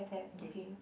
gay